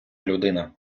людина